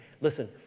Listen